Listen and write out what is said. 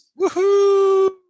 Woohoo